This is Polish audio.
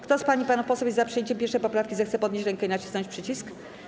Kto z pań i panów posłów jest za przyjęciem 1. poprawki, zechce podnieść rękę i nacisnąć przycisk.